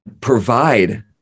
provide